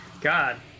god